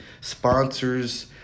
sponsors